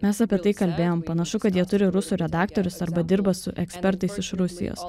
mes apie tai kalbėjom panašu kad jie turi rusų redaktorius arba dirba su ekspertais iš rusijos